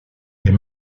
est